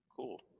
cool